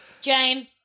Jane